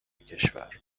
کشور